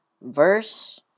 verse